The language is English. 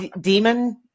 Demon